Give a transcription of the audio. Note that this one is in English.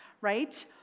right